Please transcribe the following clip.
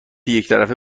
یکطرفه